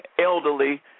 Elderly